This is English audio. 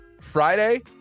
Friday